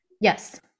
Yes